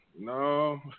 No